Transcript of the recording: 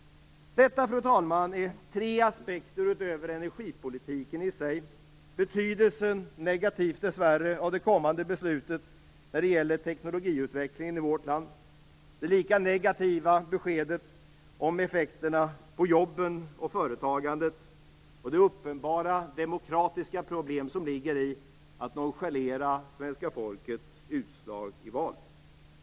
Detta, fru talman, är tre aspekter utöver energipolitiken i sig om betydelsen, negativ dessvärre, av det kommande beslutet när det gäller teknologiutvecklingen i vårt land. Lika negativt är beskedet om effekterna på jobben och företagandet och de uppenbara demokratiska problem som ligger i att nonchalera svenska folkets utslag i val.